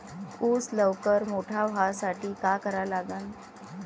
ऊस लवकर मोठा व्हासाठी का करा लागन?